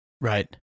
Right